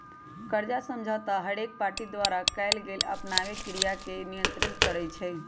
कर्जा समझौता हरेक पार्टी द्वारा कएल गेल आपनामे क्रिया के नियंत्रित करई छै